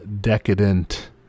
Decadent